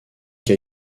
qu’à